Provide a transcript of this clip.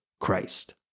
Christ